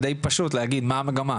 זה די פשוט להגיד מה המגמה.